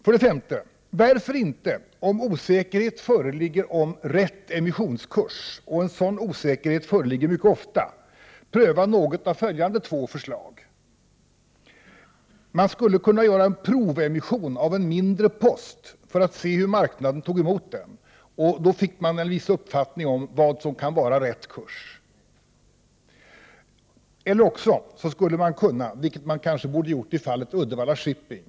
För det femte: Om osäkerhet föreligger om rätt emissionskurs, och en sådan osäkerhet föreligger mycket ofta, borde man pröva något av följande två förslag. Man skulle kunna göra en provemission av en mindre post för att se hur marknaden tar emot den. Då får man en viss uppfattning om vad som kan vara rätt kurs. Man kan också uppskjuta emissionen, vilket man kanske borde ha gjort i fallet Uddevalla Shipping.